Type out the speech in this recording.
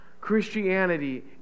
Christianity